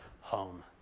home